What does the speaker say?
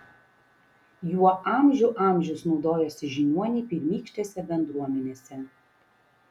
juo amžių amžius naudojosi žiniuoniai pirmykštėse bendruomenėse